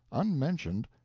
unmentioned,